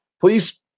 please